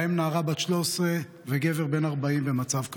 ובהם נערה בת 13 וגבר בן 40, במצב קשה.